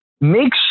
make